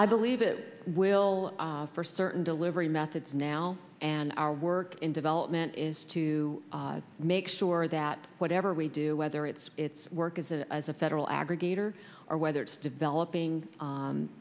i believe it will for certain delivery methods now and our work in development is to make sure that whatever we do whether it's it's work as a as a federal aggregator or whether it's developing